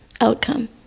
outcome